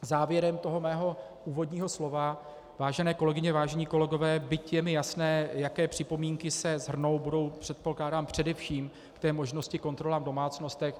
Závěrem mého úvodního slova: Vážené kolegyně, vážení kolegové, byť je mi jasné, jaké připomínky se shrnou, budou, předpokládám, především k té možnosti kontrol v domácnostech.